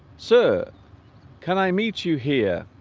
sir can i meet you here